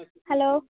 hello